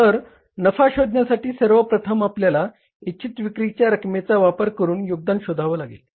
तर नफा शोधण्यासाठी सर्वप्रथम आपल्याला इच्छित विक्रीच्या रकमेचा वापर करून योगदान शोधावे लागेल